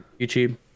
YouTube